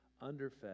underfed